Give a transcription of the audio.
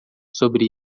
sobre